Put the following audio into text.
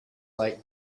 like